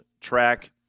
track